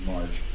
March